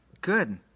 Good